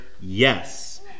yes